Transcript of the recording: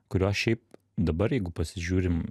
kurios šiaip dabar jeigu pasižiūrim